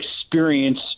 experience